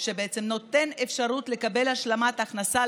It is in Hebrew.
שנותנת לזכאי אפשרות לקבל השלמת הכנסה,